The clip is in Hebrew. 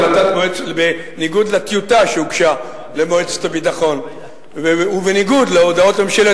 בניגוד לטיוטה שהוגשה למועצת הביטחון ובניגוד להודעות ממשלת